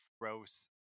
gross